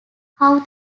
how